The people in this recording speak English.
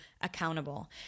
accountable